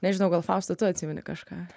nežinau gal fausta tu atsimeni kažką